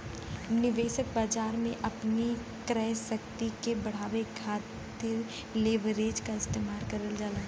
निवेशक बाजार में अपनी क्रय शक्ति के बढ़ावे खातिर लीवरेज क इस्तेमाल करल जाला